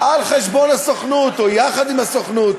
על חשבון הסוכנות או יחד עם הסוכנות.